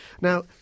Now